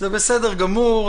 זה בסדר גמור.